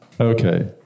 Okay